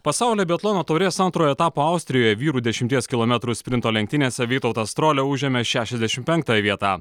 pasaulio biatlono taurės antrojo etapo austrijoje vyrų dešimties kilometrų sprinto lenktynėse vytautas strolia užėmė šešiasdešim penktąją vietą